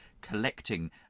collecting